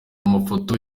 amafoto